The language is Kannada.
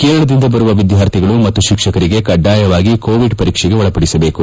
ಕೇರಳದಿಂದ ಬರುವ ಎದ್ಘಾರ್ಥಿಗಳು ಮತ್ತು ಶಿಕ್ಷಕರಿಗೆ ಕಡ್ಡಾಯವಾಗಿ ಕೋವಿಡ್ ಪರೀಕ್ಷೆಗೆ ಒಳಪಡಿಸಬೇಕು